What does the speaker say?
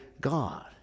God